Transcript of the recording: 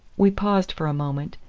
we paused for a moment,